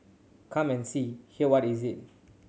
come and see hear what is it